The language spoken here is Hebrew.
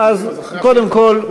אז אחרי השאילתה?